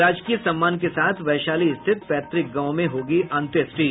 राजकीय सम्मान के साथ वैशाली स्थित पैतृक गांव में होगी अंत्येष्टि